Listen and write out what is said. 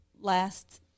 last